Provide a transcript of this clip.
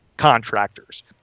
contractors